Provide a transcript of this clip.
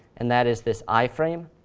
and that is this iframe,